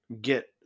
get